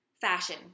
fashion